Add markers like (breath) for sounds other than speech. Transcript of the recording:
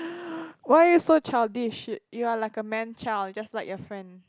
(breath) why you so childish you are like a man child just like your friend